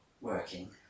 working